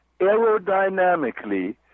aerodynamically